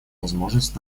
возможность